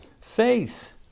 faith